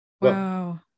Wow